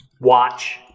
watch